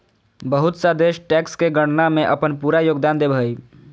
बहुत सा देश टैक्स के गणना में अपन पूरा योगदान देब हइ